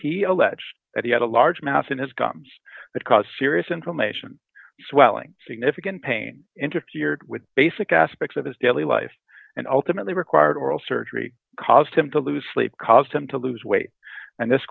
he alleged that he had a large mass in his gums that caused serious information swelling significant pain interfered with basic aspects of his daily life and ultimately required oral surgery caused him to lose sleep caused him to lose weight and this